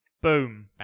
Boom